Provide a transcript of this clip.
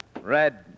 Red